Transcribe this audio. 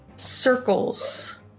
Circles